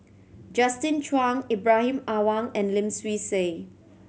Justin Zhuang Ibrahim Awang and Lim Swee Say